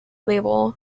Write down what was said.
label